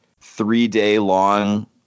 three-day-long